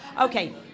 Okay